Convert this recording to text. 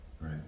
right